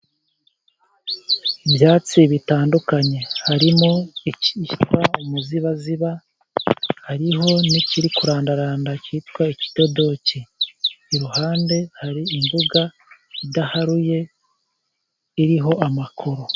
Ibyatsi bitandukanye harimo icyitwa umuzibaziba hariho n'ikiri kurandaranda cyitwa ikidodoke, iruhande hari imbuga idaharuye iriho amakoro.